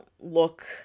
look